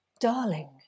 darling